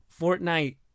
Fortnite